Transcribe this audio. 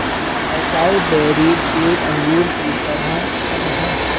acai berries एक अंगूर की तरह फल हैं